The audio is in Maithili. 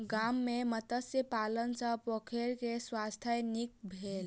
गाम में मत्स्य पालन सॅ पोखैर के स्वास्थ्य नीक भेल